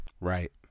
Right